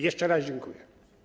Jeszcze raz dziękuję.